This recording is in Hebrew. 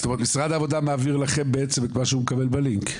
זאת אומרת משרד העבודה מעביר לכם בעצם את מה שהוא מקבל בלינק.